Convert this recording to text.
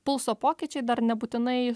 pulso pokyčiai dar nebūtinai